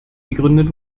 gegründet